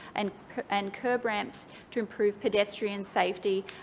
and and kerb ramps to improve pedestrian safety,